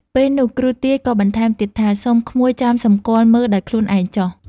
ពេលនោះគ្រូទាយក៏បន្ថែមទៀតថា សូមក្មួយចាំសម្គាល់មើលដោយខ្លួនឯងចុះ។